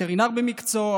וטרינר במקצועו,